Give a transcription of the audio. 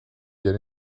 get